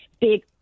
big